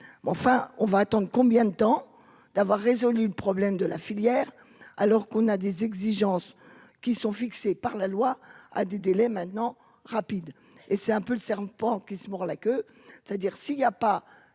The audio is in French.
enfin, on va attendre combien de temps, d'avoir résolu le problème de la filière, alors qu'on a des exigences qui sont fixées par la loi à du délai maintenant rapide et c'est un peu le serpent qui se mord la queue, c'est-à-dire s'il y y a pas